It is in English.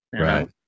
Right